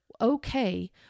okay